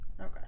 Okay